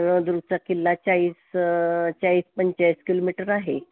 नळदुर्गचा किल्ला चाळीस चाळीस पंचेचाळीस किलोमीटर आहे